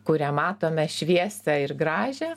kurią matome šviesią ir gražią